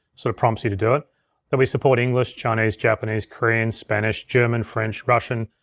so it prompts you to do it. but we support english, chinese, japanese, korean, spanish, german, french, russian,